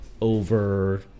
over